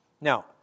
Now